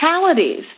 fatalities